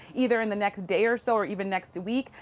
either in the next day or so or even next week.